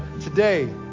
today